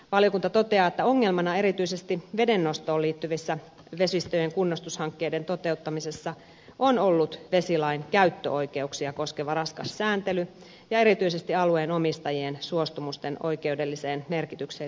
valiokunta toteaa että ongelmana erityisesti vedennostoon liittyvässä vesistöjen kunnostushankkeiden toteuttamisessa on ollut vesilain käyttöoikeuksia koskeva raskas sääntely ja erityisesti alueen omistajien suostumusten oikeudelliseen merkitykseen liittyneet tekijät